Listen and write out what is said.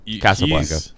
casablanca